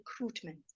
recruitment